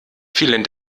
vielen